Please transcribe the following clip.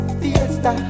fiesta